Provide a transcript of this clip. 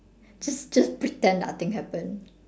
just just pretend nothing happen